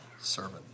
servant